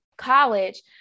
college